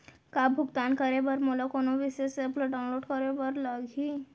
का भुगतान करे बर मोला कोनो विशेष एप ला डाऊनलोड करे बर लागही